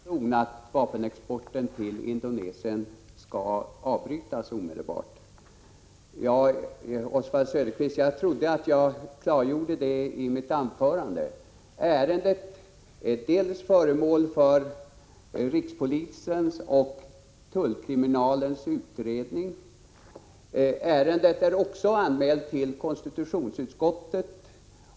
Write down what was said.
Herr talman! Oswald Söderqvist ställde frågan varför inte vi i folkpartiet och centern har stött vpk:s motion om att vapenexporten till Indonesien omedelbart skall avbrytas. Jag trodde att jag klargjorde detta i mitt anförande. Ärendet är dels föremål för rikspolisens och tullkriminalens utredning, dels också anmält till konstitutionsutskottet.